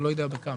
אני לא יודע בכמה,